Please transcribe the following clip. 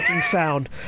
sound